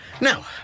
Now